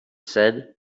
said